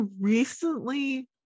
recently